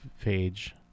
page